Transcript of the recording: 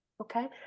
Okay